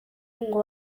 ngo